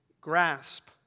grasp